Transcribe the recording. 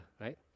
right